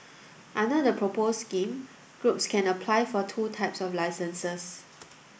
under the proposed scheme groups can apply for two types of licences